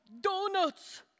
Donuts